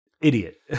idiot